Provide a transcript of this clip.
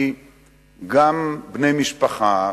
כי גם בני משפחה,